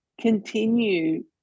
continue